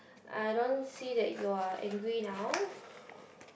I don't see that you are angry now